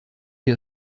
wir